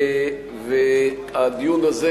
והדיון הזה,